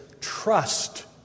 trust